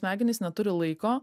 smegenys neturi laiko